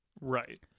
Right